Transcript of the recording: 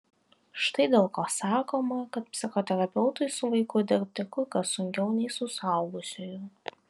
štai dėl ko sakoma kad psichoterapeutui su vaiku dirbti kur kas sunkiau nei su suaugusiuoju